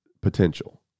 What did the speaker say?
potential